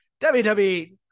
WWE